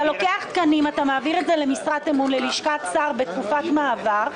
אתה לוקח תקנים ומעביר למשרת אמון ללשכת שר בתקופת מעבר.